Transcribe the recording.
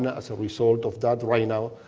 and as a result of that, right now,